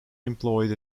employed